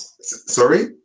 sorry